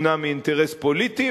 מונע מאינטרס פוליטי,